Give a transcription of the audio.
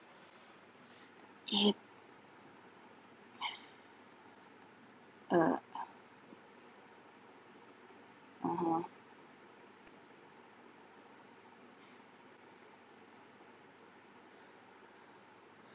yup uh (uh huh)